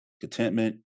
contentment